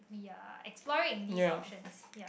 ya exploring these options yup